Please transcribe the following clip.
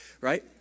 right